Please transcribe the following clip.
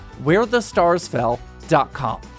wherethestarsfell.com